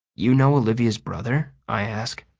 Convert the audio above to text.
you know olivia's brother? i ask.